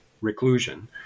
reclusion